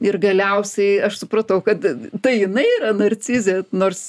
ir galiausiai aš supratau kad tai jinai narcizė nors